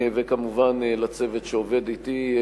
וכמובן לצוות שעובד אתי,